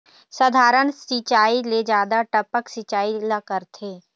साधारण सिचायी ले जादा टपक सिचायी ला करथे